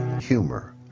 humor